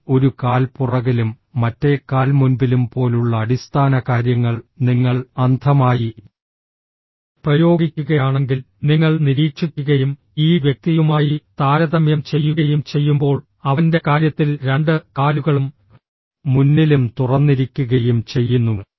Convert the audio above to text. എന്നാൽ ഒരു കാൽ പുറകിലും മറ്റേ കാൽ മുൻപിലും പോലുള്ള അടിസ്ഥാന കാര്യങ്ങൾ നിങ്ങൾ അന്ധമായി പ്രയോഗിക്കുകയാണെങ്കിൽ നിങ്ങൾ നിരീക്ഷിക്കുകയും ഈ വ്യക്തിയുമായി താരതമ്യം ചെയ്യുകയും ചെയ്യുമ്പോൾ അവന്റെ കാര്യത്തിൽ രണ്ട് കാലുകളും മുന്നിലും തുറന്നിരിക്കുകയും ചെയ്യുന്നു